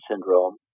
syndrome